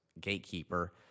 gatekeeper